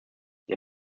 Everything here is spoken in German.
der